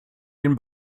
den